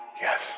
Yes